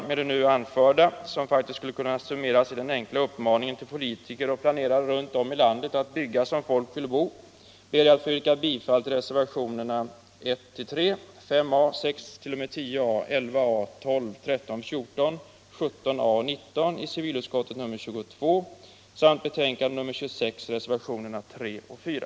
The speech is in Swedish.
Med det anförda, som faktiskt skulle kunna summeras i den enkla uppmaningen till politiker och planerare runt om i landet att bygga som folk vill bo, ber jag att få yrka bifall till reservationerna